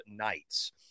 Knights